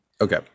Okay